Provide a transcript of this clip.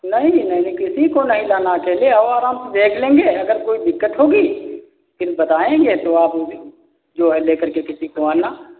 नहीं नहीं किसी को नहीं लाना अकेले आओ आराम से देख लेंगे अगर कोई दिक्कत होगी फिर बताएंगे तो आप जो है लेकर के किसी को आना